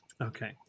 Okay